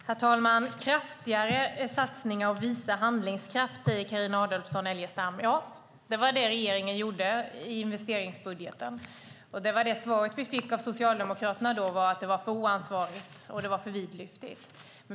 Herr talman! Visa handlingskraft och gör kraftigare satsningar, säger Carina Adolfsson Elgestam. Det var det regeringen gjorde i investeringsbudgeten, och det svar vi fick av Socialdemokraterna då var att det var för oansvarigt och för vidlyftigt.